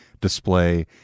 display